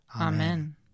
Amen